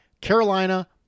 Carolina